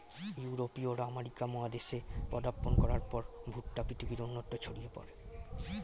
ইউরোপীয়রা আমেরিকা মহাদেশে পদার্পণ করার পর ভুট্টা পৃথিবীর অন্যত্র ছড়িয়ে পড়ে